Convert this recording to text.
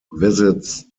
visits